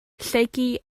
lleucu